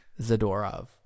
Zadorov